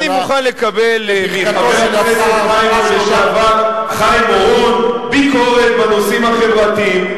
אני מוכן לקבל מחבר הכנסת לשעבר חיים אורון ביקורת בנושאים החברתיים.